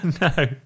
no